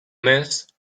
mes